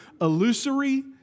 Illusory